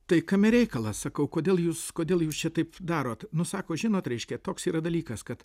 tai kame reikalas sakau kodėl jūs kodėl jūs čia taip darot nu sako žinot reiškia toks yra dalykas kad